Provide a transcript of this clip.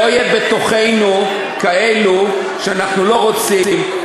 שלא יהיו בתוכנו כאלה שאנחנו לא רוצים,